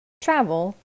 travel